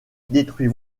détruit